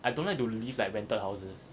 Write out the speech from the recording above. I don't like to live like rental houses